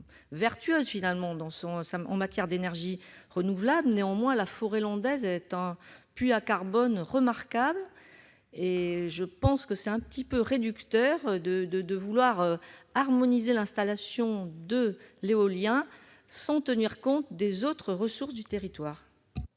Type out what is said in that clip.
vertueuse en matière d'énergie renouvelable. Néanmoins, la forêt landaise est un puits de carbone remarquable. Il me semble un peu réducteur de vouloir harmoniser l'installation de l'éolien sans tenir compte des autres ressources du territoire.